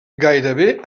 gairebé